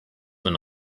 when